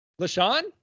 LaShawn